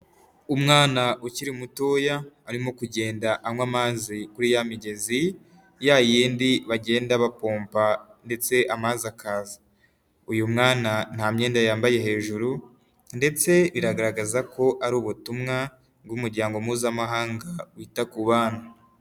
Umwana ukiri mutoya arimo kugenda anywa amazi kuri ya migezi ya yindi bagenda bapomba ndetse amazi akaza. Uyu mwana nta myenda yambaye hejuru ndetse biragaragaza ko ari ubutumwa bw'umuryango mpuzamahanga wita ku bana.